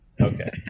Okay